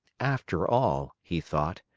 after all, he thought,